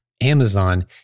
Amazon